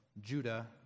Judah